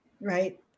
right